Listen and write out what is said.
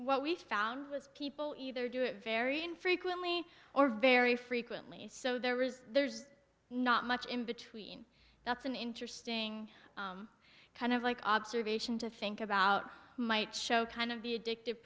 what we found was people either do it very infrequently or very frequently so there is there's not much in between that's an interesting kind of like observation to think about might show kind of the addictive